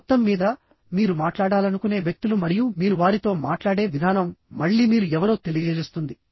మొత్తంమీద మీరు మాట్లాడాలను కునే వ్యక్తులు మరియు మీరు వారితో మాట్లాడే విధానం మళ్ళీ మీరు ఎవరో తెలియజేస్తుంది